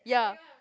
ya